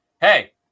hey